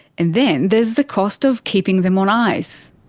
and then there's the cost of keeping them on ice.